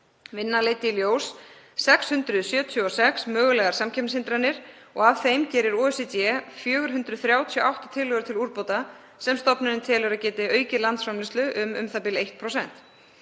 Vinna leiddi í ljós 676 mögulegar samkeppnishindranir. Af þeim gerir OECD 438 tillögur til úrbóta sem stofnunin telur að geti aukið landsframleiðslu um 1%.